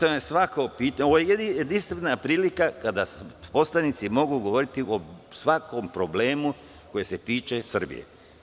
Ovo je jedinstvena prilika kada poslanici mogu govoriti o svakom problemu koji se tiče Srbije.